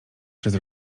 przez